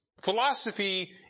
Philosophy